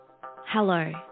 Hello